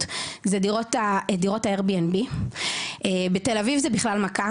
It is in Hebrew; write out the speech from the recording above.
וזה לגבי דירות ה- AIRBNB. בתל אביב זה בכלל מכה,